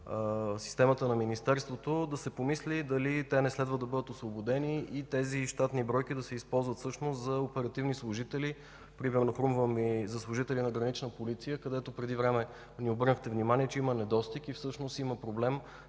системата на министерството, да си помисли дали да не следва да бъдат освободени и тези щатни бройки да се използват всъщност за оперативни служители, примерно хрумна ми за служители на Гранична полиция, където преди време ни обърнахте внимание, че има недостиг и всъщност има проблем